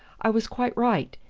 i was quite right,